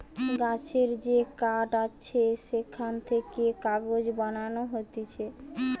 গাছের যে কাঠ আছে সেখান থেকে কাগজ বানানো হতিছে